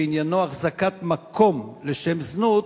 שעניינו החזקת מקום לשם זנות,